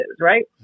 right